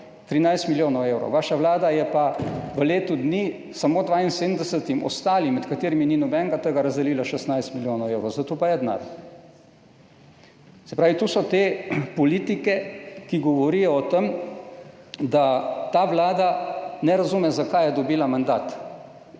13 milijonov evrov, vaša vlada je pa v letu dni samo 72 ostalim, med katerimi ni nobenega od teh, razdelila 16 milijonov evrov. Za to pa je denar. Se pravi, to so te politike, ki govorijo o tem, da ta vlada ne razume, zakaj je dobila mandat.